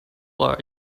are